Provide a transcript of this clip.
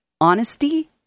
honesty